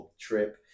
trip